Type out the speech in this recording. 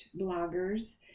bloggers